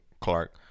Clark